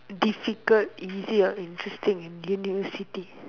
difficult easy or interesting university